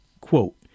Quote